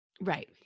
Right